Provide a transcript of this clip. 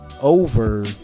over